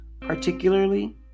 particularly